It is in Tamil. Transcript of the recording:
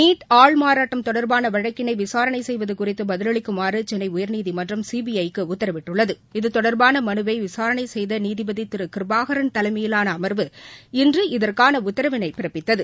நீட் ஆள்மாறாட்டம் தொடர்பான வழக்கினை விசாரணை செய்வது குறித்து பதிலளிக்குமாறு சென்னை உயர்நீதிமன்றம் சிபிஐக்கு உத்தரவிட்டுள்ளது இத்தொடர்பான மனுவை விசாரணை செய்த நீதிபதி கிருபாகரன் தலைமையிலான அமர்வு இன்று இதற்கான உத்தரவினை பிறப்பித்தது